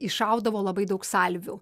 iššaudavo labai daug salvių